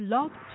Love